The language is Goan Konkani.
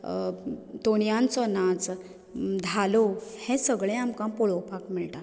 तोणयांचो नाच धालो हें सगळें आमकां पळोवपाक मेळटा